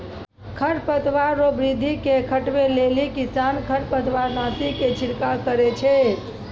खरपतवार रो वृद्धि के घटबै लेली किसान खरपतवारनाशी के छिड़काव करै छै